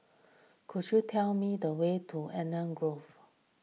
could you tell me the way to Eden Grove